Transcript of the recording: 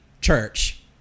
church